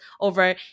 over